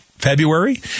February